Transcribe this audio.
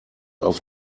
auf